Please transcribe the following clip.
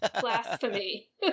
Blasphemy